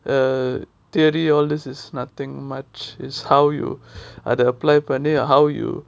uh theory all this is nothing much is how you அத:atha apply பண்ணி:panni how you